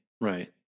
right